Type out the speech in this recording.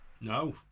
No